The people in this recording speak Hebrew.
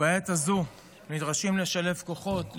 ובעת הזו נדרשים לשלב כוחות,